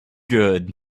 good